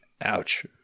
Ouch